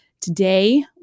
Today